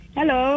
Hello